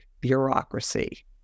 bureaucracy